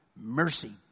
Mercy